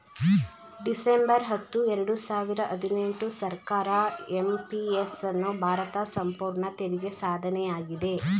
December ಹತ್ತು ಎರಡು ಸಾವಿರ ಹದಿನೆಂಟು ಸರ್ಕಾರ ಎಂ.ಪಿ.ಎಸ್ ಅನ್ನು ಭಾರತ ಸಂಪೂರ್ಣ ತೆರಿಗೆ ಸಾಧನೆಯಾಗಿದೆ